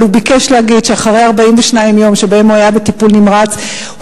אבל הוא ביקש להגיד שאחרי 42 יום שבהם הוא היה בטיפול נמרץ,